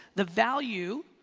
the value,